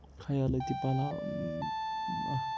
خیالٲتی پوٚلاو اکھ